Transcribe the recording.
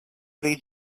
pri